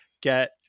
get